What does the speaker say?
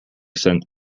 sent